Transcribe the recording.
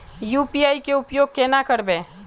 UPI के उपयोग केना करबे?